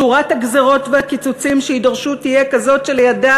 שורת הגזירות והקיצוצים שיידרשו תהיה כזאת שלידה